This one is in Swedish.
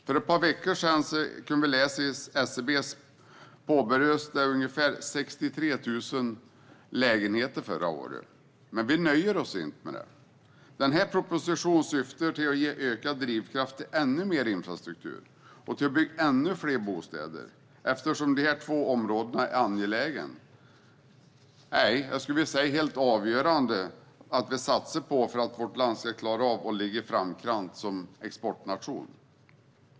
För ett par veckor sedan kunde vi läsa att 63 000 lägenheter påbörjades förra året. Men vi nöjer oss inte med det. Propositionen syftar till att ge ökad drivkraft till ännu mer infrastruktur och till att bygga ännu fler bostäder. Det är två angelägna områden. Det är helt avgörande att vi satsar på dessa områden för att vårt land ska ligga i framkant som exportnation.